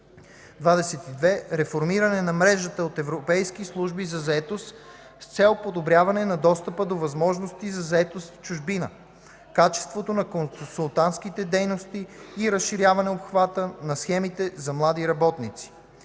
22. Реформиране на мрежата от Европейски служби за заетост с цел подобряване на достъпа до възможности за заетост в чужбина, качеството на консултантските дейности и разширяване обхвата на схемите за млади работници.